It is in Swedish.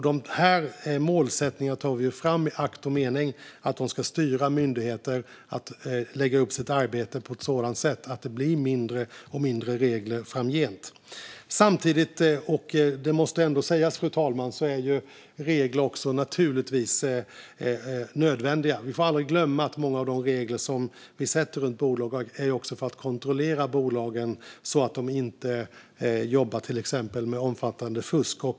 Dessa målsättningar tar vi fram i akt och mening att de ska styra myndigheter att lägga upp sitt arbete på ett sådant sätt att det blir allt mindre regler framgent. Samtidigt - det måste ändå sägas, fru talman - är regler naturligtvis nödvändiga. Vi får aldrig glömma att många av de regler som vi sätter upp för bolag är för att man ska kunna kontrollera att bolagen inte jobbar med till exempel omfattande fusk.